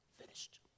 finished